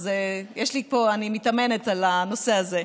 אז אני מתאמנת על הנושא הזה,